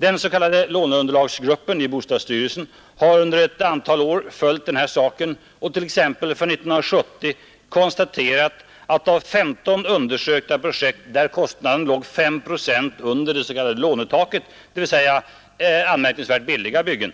Den s.k. låneunderlagsgruppen i bostadsstyrelsen har under ett antal år följt den här saken och t.ex. för 1970 konstaterat att av 15 undersökta projekt där kostnaden låg 5 procent under det s.k. lånetaket, dvs. anmärkningsvärt billiga byggen,